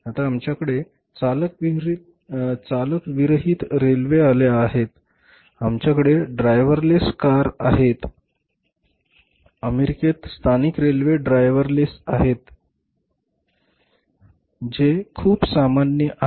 आता आमच्याकडे चालकविरहीत रेल्वे आल्या आहेत आमच्याकडे ड्रायव्हरलेस कार आहेत अमेरिकेत स्थानिक रेल्वे ड्रायव्हरलेस आहेत जे खूप सामान्य आहे